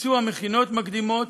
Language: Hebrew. ביצוע מכינות מקדימות